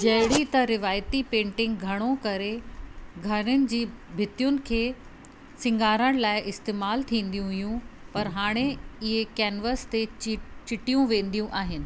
जहिड़ी त रिवायती पेंटिंग घणो करे घरनि जी भितियुनि खे सींगारण लाइ इस्तेमाल थींदियूं हुयूं पर हाणे इहे केनवास ते चीट चिटियूं वेंदियूं आहिनि